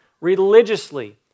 Religiously